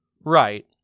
Right